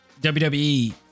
WWE